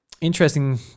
interesting